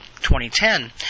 2010